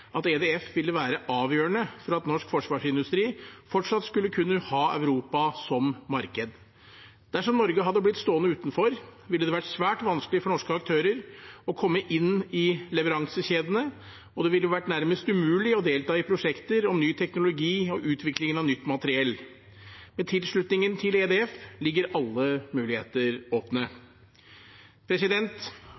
at EDF ville være avgjørende for at norsk forsvarsindustri fortsatt skulle kunne ha Europa som marked. Dersom Norge hadde blitt stående utenfor, ville det vært svært vanskelig for norske aktører å komme inn i leveransekjedene, og det ville vært nærmest umulig å delta i prosjekter om ny teknologi og utvikling av nytt materiell. Med tilslutningen til EDF ligger alle muligheter åpne.